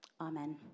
Amen